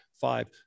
five